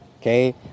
Okay